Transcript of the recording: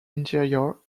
interior